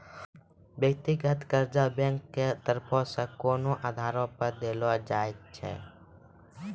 व्यक्तिगत कर्जा बैंको के तरफो से कोनो आधारो पे देलो जाय छै